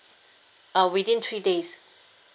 uh within three days